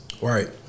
Right